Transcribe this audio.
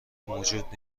موجود